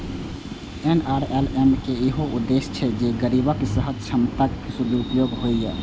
NRLM के इहो उद्देश्य छै जे गरीबक सहज क्षमताक सदुपयोग हुअय